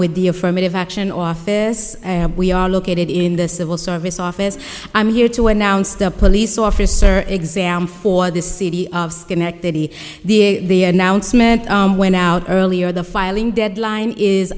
with the affirmative action office we are located in the civil service office i'm here to announce the police officer exam for the city of schenectady the announcement went out earlier the filing deadline is